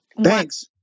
thanks